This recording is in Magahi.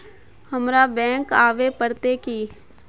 हमरा बैंक आवे पड़ते की?